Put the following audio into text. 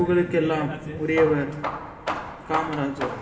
புகழுக்கெல்லாம் உரியவர் காமராஜர்